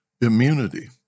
immunity